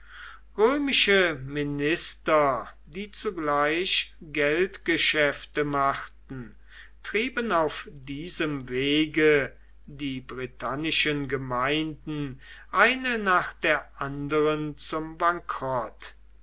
römische minister die zugleich geldgeschäfte machten trieben auf diesem wege die britannischen gemeinden eine nach der anderen zum bankrott